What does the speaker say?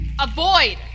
Avoid